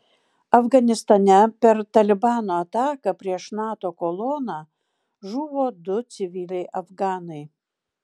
afganistane per talibano ataką prieš nato koloną žuvo du civiliai afganai